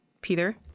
Peter